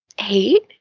hate